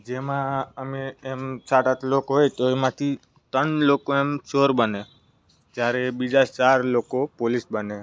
જેમાં અમે એમ સાત આઠ લોકો હોય તો એમાંથી ત્રણ લોકો એમ ચોર બને જ્યારે બીજા ચાર લોકો પોલીસ બને